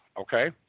okay